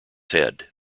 head